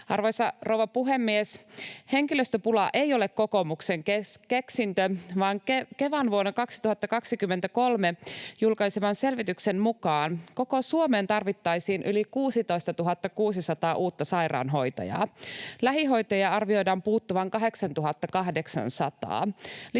Arvoisa rouva puhemies! Henkilöstöpula ei ole kokoomuksen keksintö, vaan Kevan vuonna 2023 julkaiseman selvityksen mukaan koko Suomeen tarvittaisiin yli 16 600 uutta sairaanhoitajaa. Lähihoitajia arvioidaan puuttuvan 8 800.